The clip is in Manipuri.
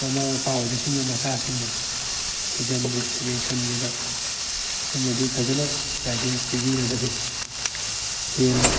ꯃꯃꯥ ꯃꯄꯥ ꯑꯣꯏꯕꯁꯤꯡꯅ ꯃꯆꯥꯁꯤꯡꯕꯨ ꯊꯤꯖꯤꯟꯕ ꯌꯦꯡꯁꯤꯟꯕꯤꯕ ꯑꯃꯗꯤ ꯐꯖꯅ ꯒꯥꯏꯗꯦꯟꯁ ꯄꯤꯕꯤꯔꯕꯗꯤ ꯍꯦꯟꯅ